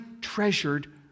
treasured